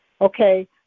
Okay